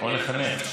זה לא רק מטרים,